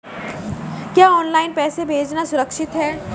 क्या ऑनलाइन पैसे भेजना सुरक्षित है?